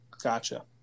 Gotcha